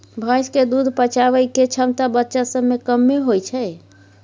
भैंस के दूध पचाबइ के क्षमता बच्चा सब में कम्मे होइ छइ